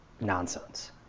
nonsense